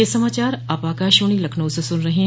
ब्रे क यह समाचार आप आकाशवाणी लखनऊ से सुन रहे हैं